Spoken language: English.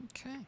Okay